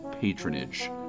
patronage